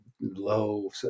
low